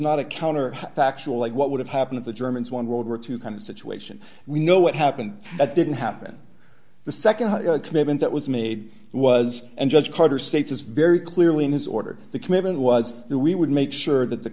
not a counter factual like what would have happened if the germans won world war two kind of situation we know what happened that didn't happen the nd commitment that was made was and judge carter states as very clearly in his order the commitment was there we would make sure that the